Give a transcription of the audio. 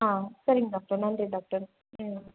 ஆ சரிங்க டாக்டர் நன்றி டாக்டர் ம்